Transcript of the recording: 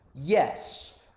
Yes